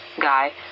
guy